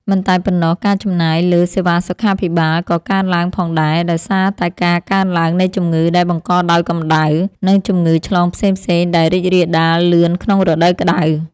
មិនតែប៉ុណ្ណោះ ការចំណាយលើសេវាសុខាភិបាលក៏កើនឡើងផងដែរ ដោយសារតែការកើនឡើងនៃជំងឺដែលបង្កដោយកម្ដៅ និងជំងឺឆ្លងផ្សេងៗដែលរីករាលដាលលឿនក្នុងរដូវក្ដៅ។